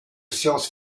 science